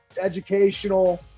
educational